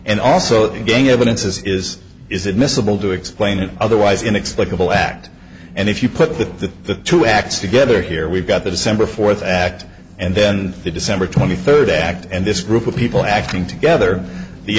and also the gang evidence as is is admissible to explain it otherwise inexplicable act and if you put the two acts together here we've got the december fourth act and then the december twenty third act and this group of people acting together the